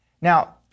Now